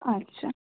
আচ্ছা